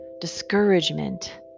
discouragement